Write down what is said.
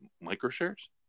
micro-shares